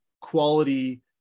quality